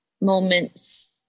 moments